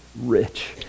rich